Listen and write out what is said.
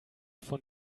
von